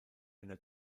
eine